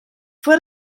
fue